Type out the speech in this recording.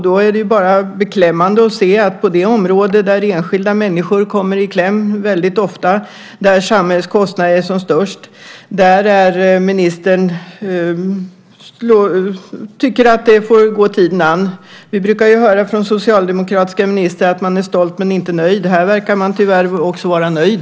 Det är bara beklämmande att se att på ett område där enskilda människor kommer i kläm väldigt ofta, och där samhällets kostnader är som störst, tycker ministern att man ska se tiden an. Vi brukar ju höra från socialdemokratiska ministrar att man är stolt men inte nöjd. Här verkar man tyvärr också vara nöjd.